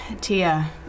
Tia